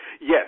Yes